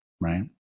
right